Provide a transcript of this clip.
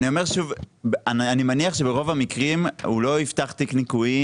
אני מניח שברוב המקרים הוא לא יפתח תיק ניכויים